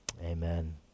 Amen